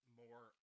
more